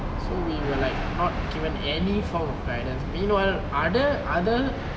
so we were like not given any form of guidance meanwhile other other